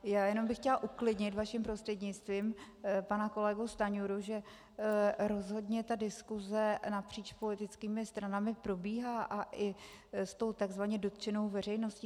Já bych jenom chtěla uklidnit vaším prostřednictvím pana kolegu Stanjuru, že rozhodně diskuse napříč politickými stranami probíhá a i s tou takzvaně dotčenou veřejností.